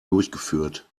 durchgeführt